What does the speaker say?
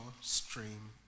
stream